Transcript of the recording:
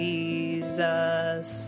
Jesus